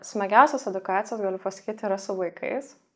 smagiausios edukacijos galiu pasakyt yra su vaikais